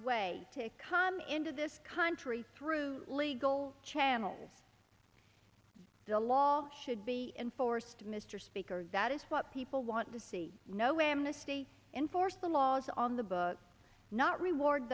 way to come into this country through legal channels the law should be enforced mr speaker that is what people want to see no amnesty in forced the laws on the books not reward